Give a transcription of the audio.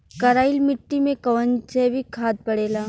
करइल मिट्टी में कवन जैविक खाद पड़ेला?